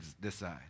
decide